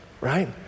right